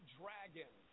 dragon